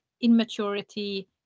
immaturity